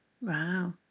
Wow